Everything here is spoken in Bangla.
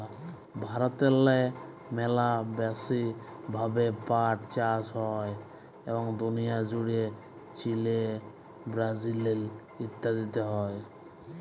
ভারতেল্লে ম্যালা ব্যাশি ভাবে পাট চাষ হ্যয় এবং দুলিয়া জ্যুড়ে চিলে, ব্রাজিল ইত্যাদিতে হ্যয়